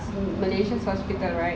malaysia hospital right